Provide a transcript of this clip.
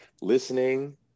listening